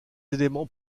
éléments